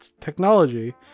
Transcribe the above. Technology